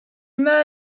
emma